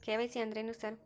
KYC ಅಂದ್ರೇನು sir?